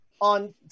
On